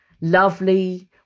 lovely